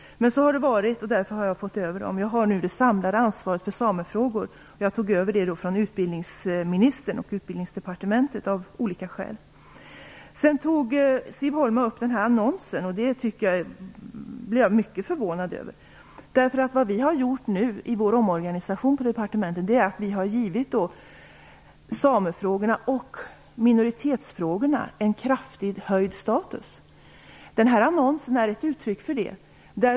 Men därför har jag fått dessa frågor på mitt bord. Jag har nu det samlade ansvaret för samefrågor, som jag av olika skäl tog över från utbildningsministern och Utbildningsdepartementet. Siv Holma tog upp den här annonsen, och det blev jag mycket förvånad över. I vår omorganisation på departementet har vi givit samefrågorna och frågor om minoriteter en kraftigt höjd status. Den här annonsen är ett uttryck för det.